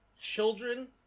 children